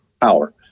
power